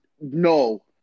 no